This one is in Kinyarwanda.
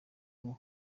ubu